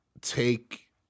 take